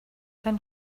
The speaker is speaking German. dann